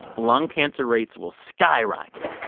lung cancer rates will skyrocket.